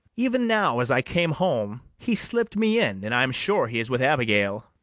even now, as i came home, he slipt me in, and i am sure he is with abigail.